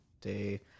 Day